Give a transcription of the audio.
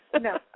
No